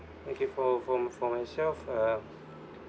okay for for for myself uh